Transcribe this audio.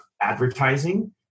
advertising